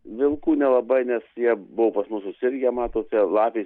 vilkų nelabai nes jie buvo pas mus susirgę matote lapės